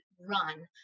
run